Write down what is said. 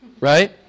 right